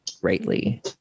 greatly